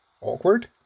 Awkward